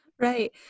Right